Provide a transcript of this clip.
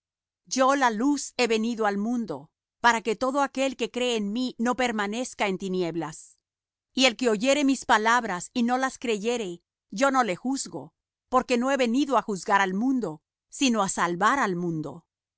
yo la luz he venido al mundo para que todo aquel que cree en mí no permanezca en tinieblas y el que oyere mis palabras y no las creyere yo no le juzgo porque no he venido á juzgar al mundo sino á salvar al mundo